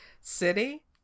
City